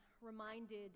reminded